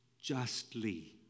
justly